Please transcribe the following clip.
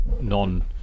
non